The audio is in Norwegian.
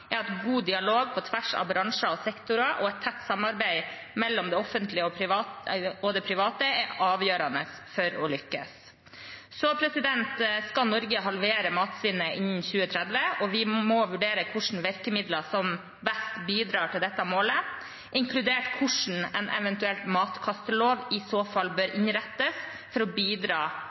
er at god dialog på tvers av bransjer og sektorer og et tett samarbeid mellom det offentlige og det private er avgjørende for å lykkes. Så skal Norge halvere matsvinnet innen 2030. Vi må vurdere hvilke virkemidler som best bidrar til dette målet, inkludert hvordan en eventuell matkastelov i så fall bør innrettes for å bidra